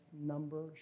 number